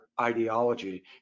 ideology